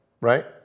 right